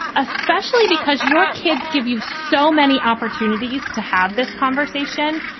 especially because your kids give you so many opportunities to have this conversation.